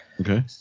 Okay